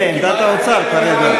אבל.